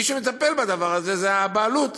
מי שמטפל בדבר הזה זה הבעלות,